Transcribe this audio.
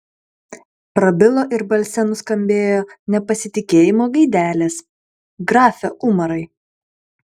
prabilo ir balse nuskambėjo nepasitikėjimo gaidelės grafe umarai